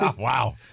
Wow